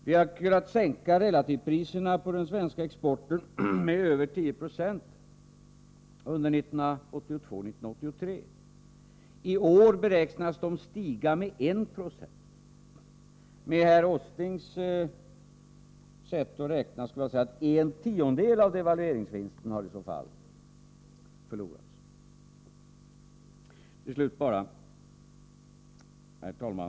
Vi har kunnat sänka relativpriserna på den svenska exporten med över 10 96 under 1982-1983, i år beräknas de stiga med 1 96. Jag vill säga att med herr Åslings sätt att räkna skulle en tiondel av devalveringsvinsterna i så fall ha förlorats. Herr talman!